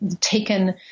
taken